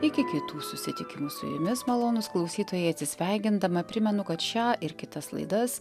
iki kitų susitikimų su jumis malonūs klausytojai atsisveikindama primenu kad šią ir kitas laidas